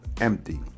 empty